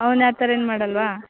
ಅವ್ನು ಆ ಥರ ಏನೂ ಮಾಡಲ್ಲವಾ